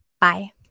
Bye